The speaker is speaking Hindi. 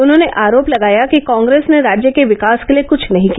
उन्होंने आरोप लगाया कि कांग्रेस ने राज्य के विकास के लिए कुछ नही किया